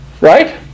right